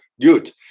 good